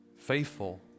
faithful